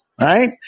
right